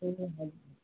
ए हजुर